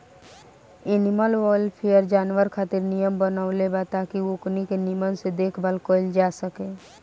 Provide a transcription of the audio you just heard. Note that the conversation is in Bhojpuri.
एनिमल वेलफेयर, जानवर खातिर नियम बनवले बा ताकि ओकनी के निमन से देखभाल कईल जा सके